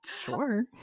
sure